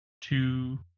two